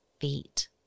feet